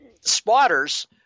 spotters